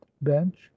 bench